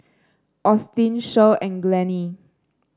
Austin Shirl and Glennie